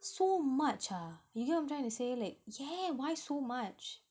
so much ah you get what I'm trying to say like yeah why so much